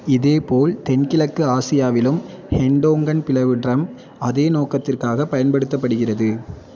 இதேபோல் தென்கிழக்கு ஆசியாவிலும் ஹென்டோங்கன் பிளவு ட்ரம் அதே நோக்கத்திற்காக பயன்படுத்தப்படுகிறது